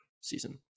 season